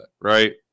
right